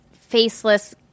faceless